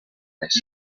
les